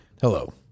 Hello